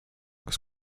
kas